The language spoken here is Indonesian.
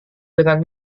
dengan